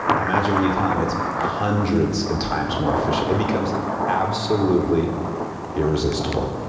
um and you and you tell him it's hundreds of times more efficient it becomes absolutely irresistible.